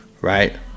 right